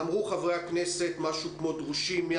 אמרו חברי הכנסת שדרושים משהו כמו 100